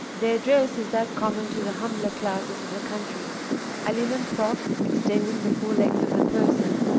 their dress is that common to the humbler classes of the country a linen frock extending the full length of the person,